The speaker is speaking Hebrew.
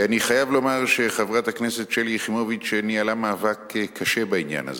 אני חייב לומר שחברת הכנסת שלי יחימוביץ ניהלה מאבק קשה בעניין הזה.